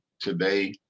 today